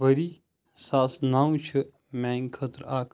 ؤری زٕساس نَو چھ میانہِ خٲطرٕ اَکھ